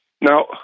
Now